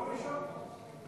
מקום ראשון.